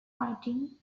writing